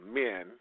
men